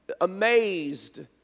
amazed